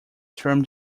term